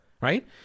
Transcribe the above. right